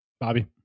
Bobby